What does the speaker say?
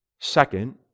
Second